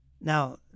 Now